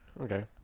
Okay